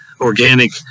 organic